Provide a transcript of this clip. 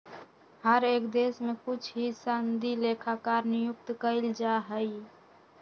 हर एक देश में कुछ ही सनदी लेखाकार नियुक्त कइल जा हई